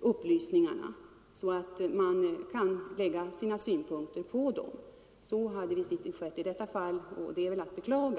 upplysningarna, så att han/hon kan lägga sina synpunkter på dem. Så hade tydligen inte skett i detta fall, och det är att beklaga.